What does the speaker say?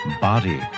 body